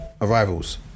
arrivals